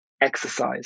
exercise